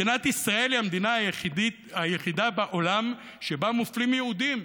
מדינת ישראל היא המדינה היחידה בעולם שבה מופלים יהודים,